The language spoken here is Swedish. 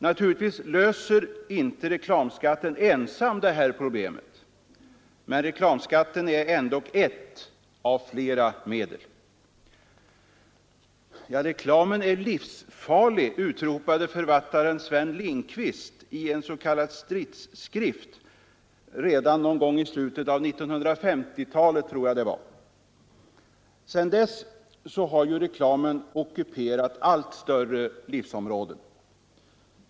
Naturligtvis löser inte reklamskatten ensam detta problem, men reklamskatten är ändock ett av flera medel. ”Reklamen är livsfarlig” utropade författaren Sven Lindqvist i en s.k. stridsskrift — redan någon gång i slutet av 1950-talet, tror jag det var. Sedan dess har ju reklamen ockuperat allt större livsområden.